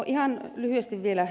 ihan lyhyesti vielä